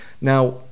now